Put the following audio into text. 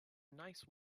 nice